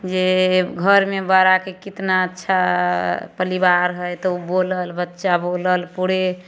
जे घरमे बड़ाके कितना अच्छा परिवार हइ तऽ ओ बोलल बच्चा बोलल पूरे